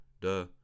Duh